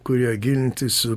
kurią gilinti su